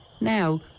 Now